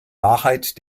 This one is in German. wahrheit